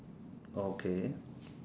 okay